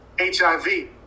HIV